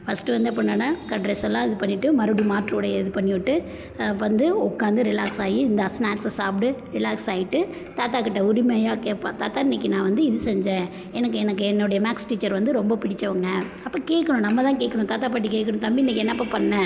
first வந்து எப்பிடின்னான்னா டிரெஸ்ஸெல்லாம் இது பண்ணிட்டு மறுபடியும் மாற்று உடைய இது பண்ணிவிட்டு வந்து உட்காந்து ரிலாக்ஸ் ஆகி இந்தா ஸ்நாக்ஸை சாப்பிடு ரிலாக்ஸ் ஆகிட்டு தாத்தாக் கிட்டே உரிமையாக கேட்பான் தாத்தா இன்னைக்கு நான் வந்து இது செஞ்சேன் எனக்கு எனக்கு என்னுடைய மேக்ஸ் டீச்சர் வந்து ரொம்ப பிடிச்சவங்க அப்போ கேட்கணும் நம்ம தான் கேக்கணும் தாத்தா பாட்டி கேட்கணும் தம்பி இன்னைக்கு என்னப்பா பண்ணே